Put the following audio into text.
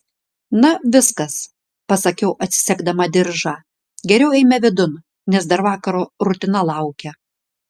na viskas pasakiau atsisegdama diržą geriau eime vidun nes dar vakaro rutina laukia